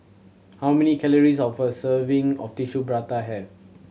how many calories of a serving of Tissue Prata have